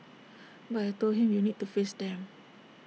but I Told him you need to face them